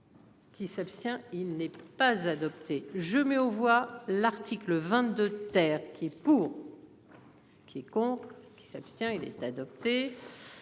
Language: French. Il s'abstient. Il n'est pas adopté, je me vois l'article 22 quater qui et pour. Qui est contre qui s'abstient il est adopté.